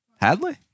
Hadley